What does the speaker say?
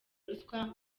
ruswa